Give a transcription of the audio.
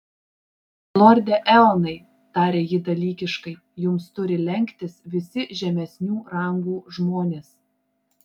lorde eonai tarė ji dalykiškai jums turi lenktis visi žemesnių rangų žmonės